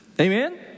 Amen